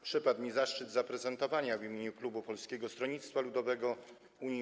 Przypadł mi zaszczyt zaprezentowania w imieniu klubu Polskiego Stronnictwa Ludowego - Unii